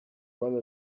one